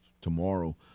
tomorrow